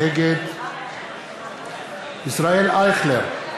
נגד ישראל אייכלר,